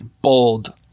Bold